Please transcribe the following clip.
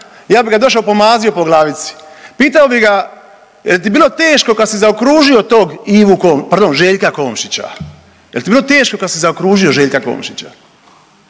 ja bi ga došao pomazio po glavici. Pitao bi ga jel ti bilo teško kad si zaokružio tog Ivu, pardon